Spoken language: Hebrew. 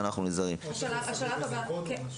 שאלה טובה.